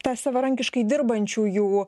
tą savarankiškai dirbančiųjų